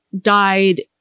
died